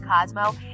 Cosmo